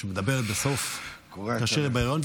שמדברת בסוף, כאשר היא בהיריון.